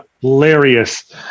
hilarious